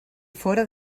fóra